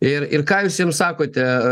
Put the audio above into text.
ir ir ką jūs jiems sakote